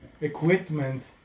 equipment